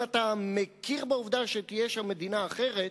אם אתה מכיר בעובדה שתהיה שם מדינה אחרת,